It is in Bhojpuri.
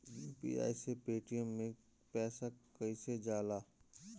यू.पी.आई से पेटीएम मे पैसा कइसे जाला?